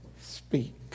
speak